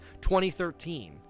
2013